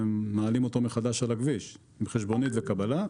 מעלים אותו שוב על הכביש אחרי שהראה חשבונית וקבלה.